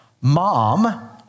Mom